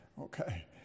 Okay